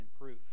improve